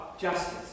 justice